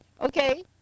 okay